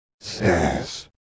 Stairs